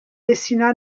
dessina